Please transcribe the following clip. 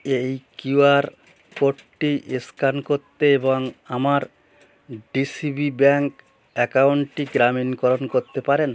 এই Q R কোডটি scan করতে এবং আমার ডি সি বি ব্যাঙ্ক অ্যাকাউন্টটি প্রমাণীকরণ করতে পারেন